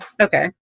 Okay